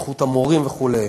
איכות המורים וכו'.